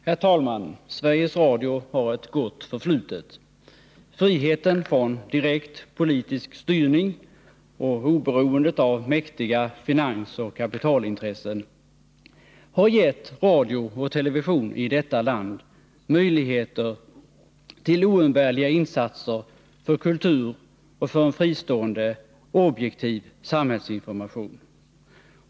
Herr talman! Sveriges Radio har ett gott förflutet. Friheten från direkt politisk styrning och oberoendet av mäktiga finansoch kapitalintressen har gett radio och television i detta land möjligheter till oumbärliga insatser för kultur och för en fristående, objektiv samhällsinformation.